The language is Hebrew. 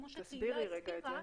כמו שתהילה הזכירה,